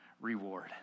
reward